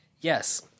Yes